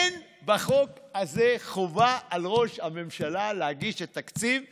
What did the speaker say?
אין בחוק הזה חובה על ראש הממשלה להגיש את תקציב 2021,